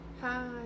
Hi